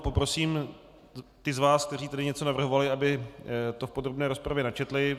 Poprosím ty z vás, kteří tady něco navrhovali, aby to v podrobné rozpravě načetli.